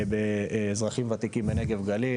בנגב והגליל?